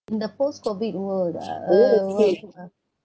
in the post COVID world ah uh what to ah oh